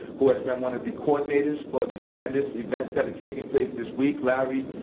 who has been one of the coordinators for the tremendous events that are taking place this week. larry,